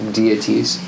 deities